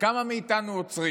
כמה מאיתנו עוצרים?